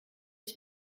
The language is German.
ich